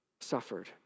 suffered